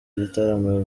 igitaramo